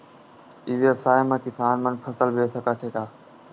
ई व्यवसाय म किसान मन फसल बेच सकथे का?